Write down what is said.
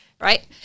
Right